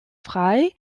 frei